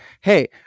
hey